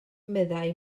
meddai